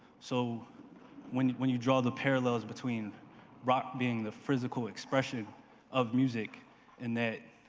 so when when you draw the parallels between rock being the physical expression of music in that